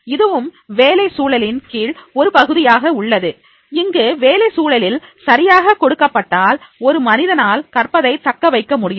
இதுவும் வேலை சூழலின் கீழ் ஒரு பகுதியாக உள்ளது இங்கு வேலை சூழலில் சரியாக கொடுக்கப்பட்டால் ஒரு மனிதரால் கற்பதை தக்கவைக்க முடியும்